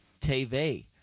TV